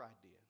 idea